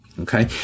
Okay